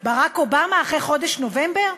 ברק אובמה אחרי חודש נובמבר?